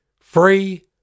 free